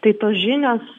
tai tos žinios